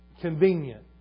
convenient